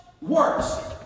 works